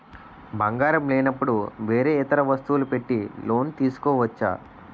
బంగారం లేనపుడు వేరే ఇతర వస్తువులు పెట్టి లోన్ తీసుకోవచ్చా?